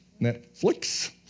Netflix